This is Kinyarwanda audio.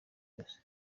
yose